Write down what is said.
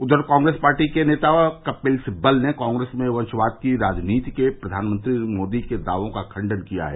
उधर कॉप्रेस पार्टी नेता कपिल सिब्बल ने कांग्रेस में वंशवाद की राजनीति के प्रधानमंत्री नरेन्द्र मोदी के दावों का खंडन किया है